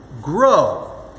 grow